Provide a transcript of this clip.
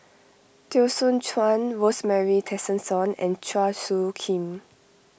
Teo Soon Chuan Rosemary Tessensohn and Chua Soo Khim